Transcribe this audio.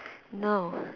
no